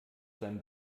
sein